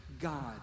God